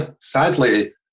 Sadly